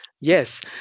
Yes